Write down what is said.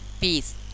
peace